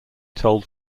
told